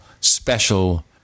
special